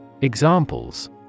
Examples